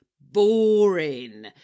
Boring